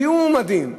תהיו מועמדים,